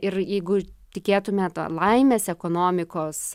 ir jeigu tikėtume ta laimės ekonomikos